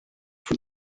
for